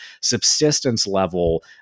subsistence-level